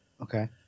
Okay